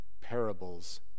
parables